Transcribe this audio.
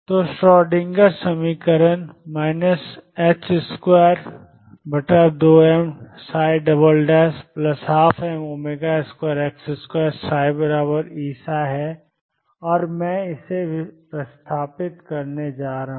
तो श्रोडिंगर समीकरण 22m12m2x2Eψ है और मैं इसे प्रतिस्थापित करने जा रहा हूं